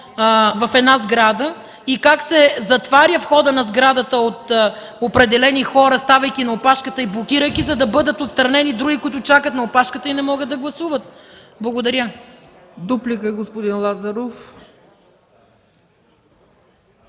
в една сграда – как се затваря входа на сградата от определени хора, заставайки на опашката и блокирайки, за да бъдат отстранени други, които чакат на опашката и не могат да гласуват. Благодаря. ПРЕДСЕДАТЕЛ